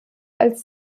als